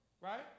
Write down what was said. right